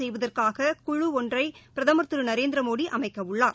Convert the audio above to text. செய்வதற்காக குழு ஒன்றை பிரதமர் திரு நரேந்திரமோடி அமைக்கவுள்ளார்